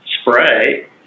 spray